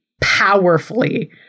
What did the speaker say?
powerfully